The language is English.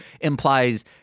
implies